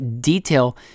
detail